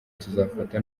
tuzafata